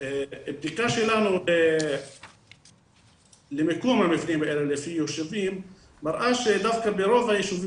בדיקה שלנו למיקום המבנים האלה לפי יישובים מראה שדווקא ברוב היישובים,